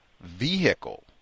vehicle